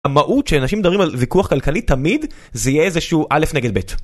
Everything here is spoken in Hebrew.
המהות שאנשים מדברים על ויכוח כלכלי תמיד זה יהיה איזה שהוא א' נגד ב'.